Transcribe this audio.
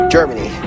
Germany